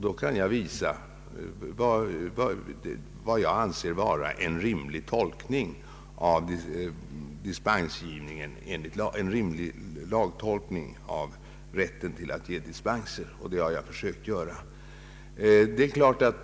Då kan jag visa vad jag anser vara en rimlig lagtolkning av rätten att ge dispenser. Det har jag försökt göra.